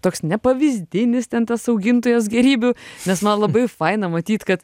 toks nepavyzdinis ten tas augintojas gėrybių nes man labai faina matyt kad